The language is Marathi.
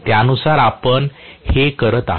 त्याद्वारे आपण हे करत आहोत